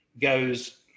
goes